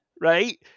right